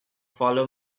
follow